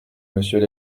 monsieur